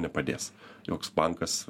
nepadės joks bankas